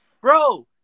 bro